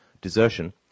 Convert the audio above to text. desertion